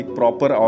proper